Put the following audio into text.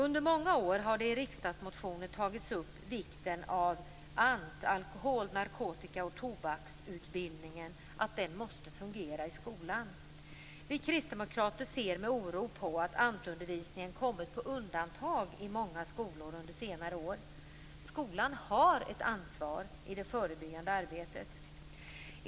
Under många år har man i riksdagsmotioner tagit upp vikten av att ANT, alkohol-, narkotika och tobaksutbildningen, måste fungera i skolan. Vi kristdemokrater ser med oro på att ANT-undervisningen kommit på undantag i många skolor under senare år. Skolan har ett ansvar i det förebyggande arbetet.